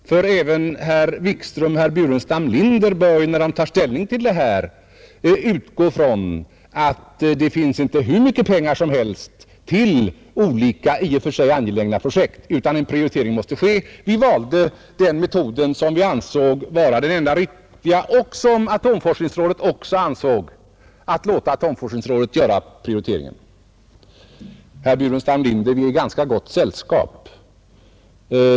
Även herr Wikström och herr Burenstam Linder bör, när de tar ställning till detta, utgå ifrån att det inte finns hur mycket pengar som helst till olika i och för sig angelägna projekt. En prioritering måste ske. Vi valde den metod som både vi och atomforskningsrådet ansåg vara den enda riktiga, nämligen att låta atomforskningsrådet göra prioriteringen. Vi är, herr Burenstam Linder, i ganska gott sällskap.